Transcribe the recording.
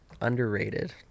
underrated